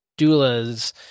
doulas